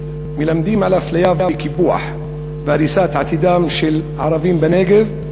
מלמדים על אפליה וקיפוח והריסת עתידם של ערבים בנגב,